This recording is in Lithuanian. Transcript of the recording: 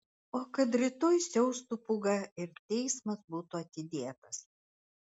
o kad rytoj siaustų pūga ir teismas būtų atidėtas